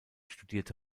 studierte